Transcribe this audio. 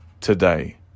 today